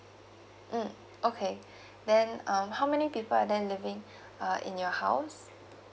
mm okay then um how many people are there living uh in your house